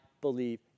believe